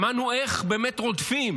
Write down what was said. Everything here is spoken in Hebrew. שמענו איך באמת רודפים